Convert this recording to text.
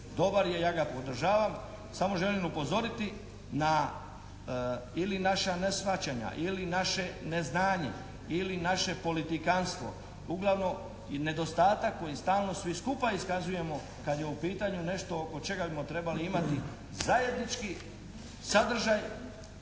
dobar je, ja ga podržavam, samo želim upozoriti na ili naša neshvaćanja ili naše neznanje ili naše politikanstvo, uglavnom nedostatak koji stalno svi skupa iskazujemo kad je u pitanju nešto oko čega bismo trebali imati zajednički sadržaj,